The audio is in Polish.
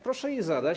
Proszę je zadać.